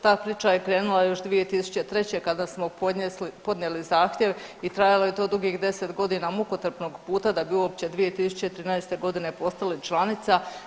Ta priča je krenula još 2003. kada smo podnijeli zahtjev i trajalo je to dugih 10 godina mukotrpnog puta da bi uopće 2013. godine postali članica.